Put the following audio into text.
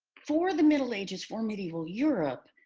for the middle ages, for medieval europe,